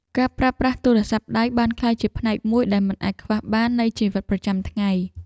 ការប្រើប្រាស់ទូរស័ព្ទដៃបានក្លាយជាផ្នែកមួយដែលមិនអាចខ្វះបាននៃជីវិតប្រចាំថ្ងៃ។